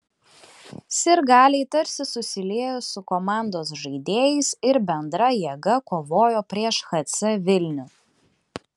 sirgaliai tarsi susiliejo su komandos žaidėjais ir bendra jėga kovojo prieš hc vilnių